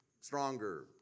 stronger